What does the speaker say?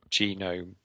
genome